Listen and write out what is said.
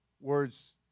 words